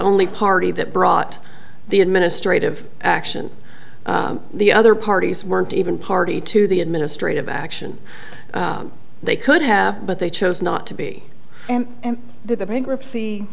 only party that brought the administrative action the other parties weren't even party to the administrative action they could have but they chose not to be and that the bankruptcy